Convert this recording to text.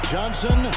Johnson